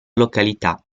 località